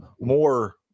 more